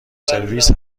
سرویس